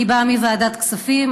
אני באה מוועדת הכספים.